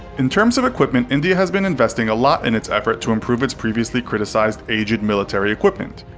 in terms of equipment india has been investing a lot in its effort to improve its previously criticized aged military equipment.